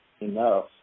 enough